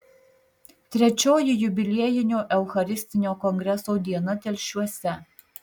trečioji jubiliejinio eucharistinio kongreso diena telšiuose